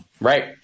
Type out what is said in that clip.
Right